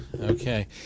Okay